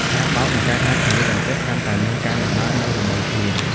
ការបោក និងហាលសម្លៀកបំពាក់ កាន់តែមានការលំបាកនៅរដូវភ្លៀង។